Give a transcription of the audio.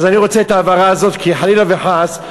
אני רוצה את ההבהרה הזאת, כי חלילה וחס,